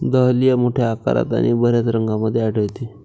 dahlia मोठ्या आकारात आणि बर्याच रंगांमध्ये आढळते